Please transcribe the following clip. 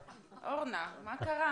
אורנה, מה קרה.